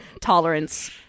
tolerance